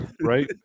right